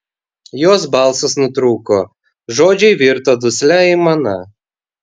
jos balsas nutrūko žodžiai virto duslia aimana